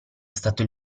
stato